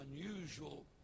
unusual